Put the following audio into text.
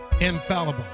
infallible